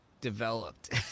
developed